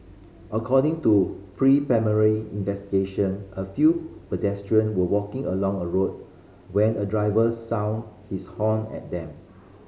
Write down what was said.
according to preliminary investigation a few pedestrian were walking along a road when a driver sounded his horn at them